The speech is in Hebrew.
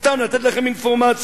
סתם לתת לכם אינפורמציה.